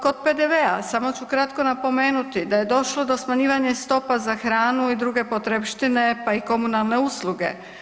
Kod PDV-a, samo ću kratko napomenuti, da je došlo do smanjivanja stopa za hranu i druge potrepštine, pa i komunalne usluge.